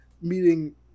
Meeting